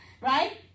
Right